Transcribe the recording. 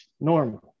normal